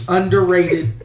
underrated